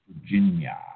Virginia